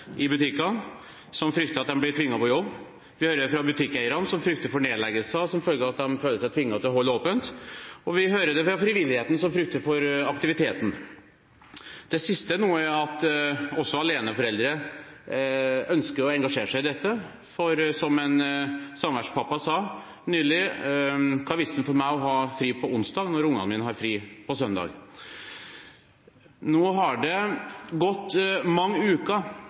i butikkene, som frykter at de blir tvunget på jobb. Vi hører det fra butikkeiere, som frykter for nedleggelser som følge av at de føler seg tvunget til å holde åpent. Og vi hører det fra frivilligheten, som frykter for aktiviteten. Det siste er at også aleneforeldre ønsker å engasjere seg i dette, for som en samværspappa nylig sa: Hva er vitsen for meg å ha fri på onsdag når ungene mine har fri på søndag? Nå har det gått mange uker